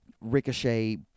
Ricochet